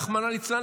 רחמנא ליצלן,